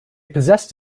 possessed